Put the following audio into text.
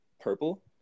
purple